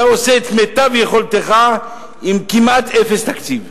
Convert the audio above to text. אתה עושה את מיטב יכולתך עם כמעט אפס תקציב.